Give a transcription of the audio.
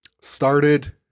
Started